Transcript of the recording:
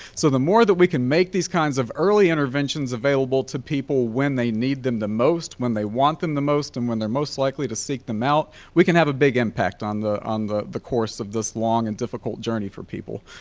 so the more that we can make these kinds of early interventions available to people when they need them the most, when they want them the most and when they're most likely to seek them out, we can have a big impact on the the the course of this long and difficult journey for people.